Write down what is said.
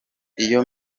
iyo